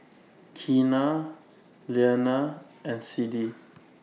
Keena Leana and Siddie